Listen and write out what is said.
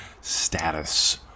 status